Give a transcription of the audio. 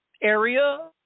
area